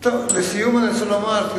לסיום אני רוצה לומר: